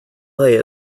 lay